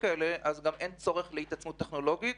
כאלה אז גם אין צורך בהתעצמות טכנולוגית